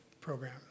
Program